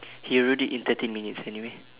he wrote it in thirty minutes anyway